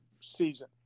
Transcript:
season